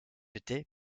était